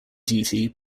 duty